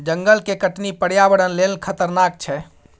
जंगल के कटनी पर्यावरण लेल खतरनाक छै